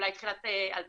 אולי תחילת 2015,